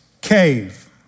cave